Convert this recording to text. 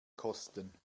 kosten